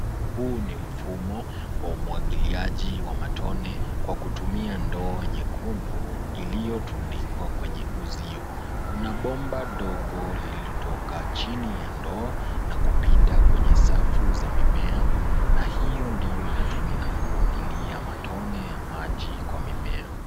Huu ni mfumo wa umwagiliaji wa matone kwa kutumia ndoo nyekundu iliyotundikwa kwenye uzio. Kuna bomba ndogo lililotoka chini ya ndoo na kupita kwenye safu za mimea na hio ndio inatumika kumwagilia matone ya maji kwa mimea.